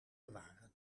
bewaren